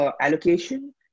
allocation